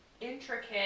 intricate